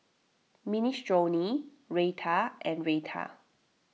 Minestrone Raita and Raita